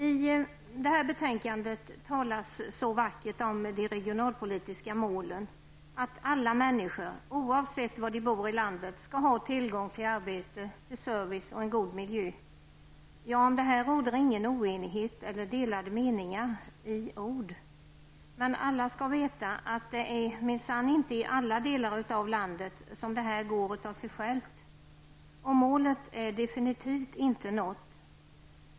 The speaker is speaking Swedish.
I betänkandet talas så vackert om de regionalpolitiska målen, att alla människor, oavsett vad de bor i landet, skall ha tillgång till arbete, service och god miljö. Om detta råder ingen oenighet eller delade meningar i ord. Men alla skall veta att det minsann inte i alla delar av landet går av sig självt, och målet är definitivt inte nått.